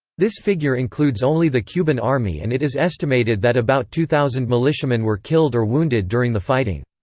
this figure includes only the cuban army and it is estimated that about two thousand militiamen were killed or wounded during the fighting.